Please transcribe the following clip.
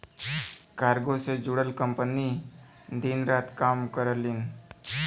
cargo से जुड़ल company दिन रात काम करलीन